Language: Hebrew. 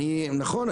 נכון.